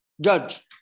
judge